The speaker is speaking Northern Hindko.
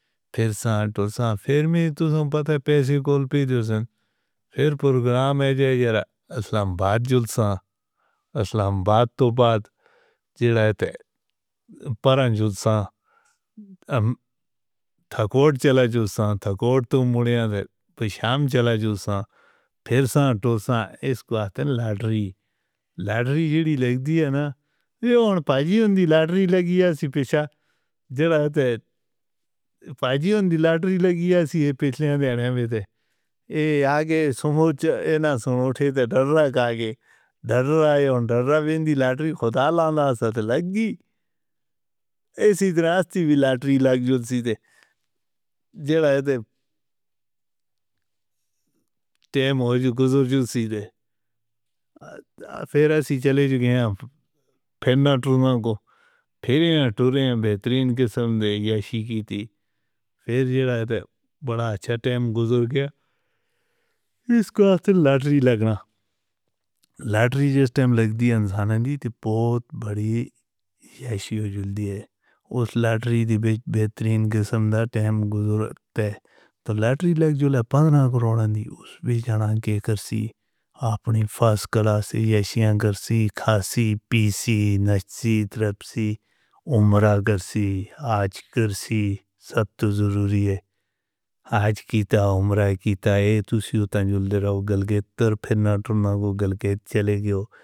تیرے ساڈو صاحب، پھر بھی تُو سمپت آپ۔ ایسی غلطی تو سر پروگرام ہے۔ ذرا السلام علیکم، السلام بات تو بات کیتے تھے پر انجولتا ٹھاکر چلا جو ۷ اکوٹ تو منیا دھام چلا جا۔ پھر سے ۲۰۰ سکوئیر لاڈلی، لاڈلی، لاڈلی، لاڈلی، لاڈلی، لاڈلی، لاڈلی موجود دُور دی چیزیں۔ پیریاڈ آئے تو وڈا اچھا ٹائم گزر گیا۔ اُس لاٹری ریبز بہترین دے اندر ٹائم گُرور تو لاٹری لگ جیلا پڈرونہ خبر بھیجنا کہ آپ نے فرسٹ کلاس اے سی اگر سیکھا، سی پی سی نصیب سی۔ عمر راگسی، آج کرشی سیشن ضروری ہے۔ آج کی تا عمر دی تیجسوتا جلدی رہوگے تو پھر نا تو میں گوگل دے چلیگی ہو۔